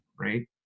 Right